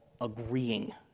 agreeing